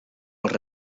als